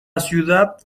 ciudad